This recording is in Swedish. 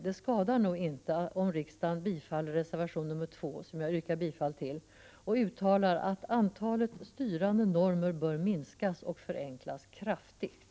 Det skadar nog inte om riksdagen bifaller reservation 2, som jag yrkar bifall till, och uttalar att antalet styrande normer bör minskas samt att normerna bör förenklas kraftigt.